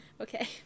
Okay